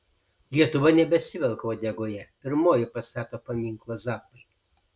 lietuva nebesivelka uodegoje pirmoji pastato paminklą zappai